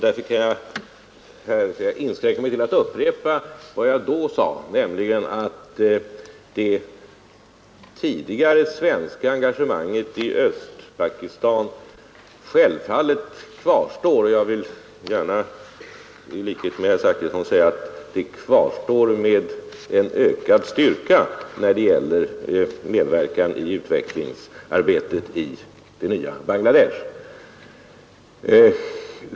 Därför kan jag här inskränka mig till att upprepa vad jag då sade, nämligen att det tidigare svenska engagemanget i Östpakistan självfallet kvarstår; jag vill gärna i likhet med herr Zachrisson säga att det kvarstår med en ökad styrka när det gäller medverkan i utvecklingssamarbetet i det nya Bangladesh.